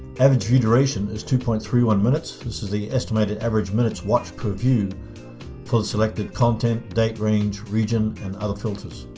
average view duration is two point three one minutes. this is the estimated average minutes watched per view for the selected content, date range, region and other filters.